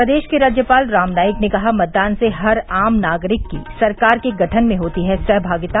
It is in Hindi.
प्रदेश के राज्यपाल राम नाईक ने कहा मतदान से हर आम नागरिक की सरकार के गठन में होती है सहभागिता